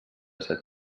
set